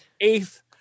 eighth